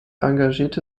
engagierte